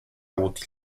útil